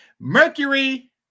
Mercury